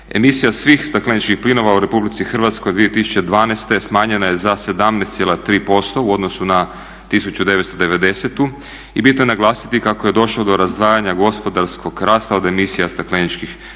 Emisija svih stakleničkih plinova u RH od 2012.smanjena je za 17,3% u odnosu na 1990.i bitno je naglasiti kako je došlo do razdvajanja gospodarskog rasta od emisija stakleničkih plinova.